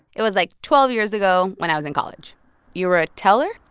it was, like, twelve years ago when i was in college you were a teller?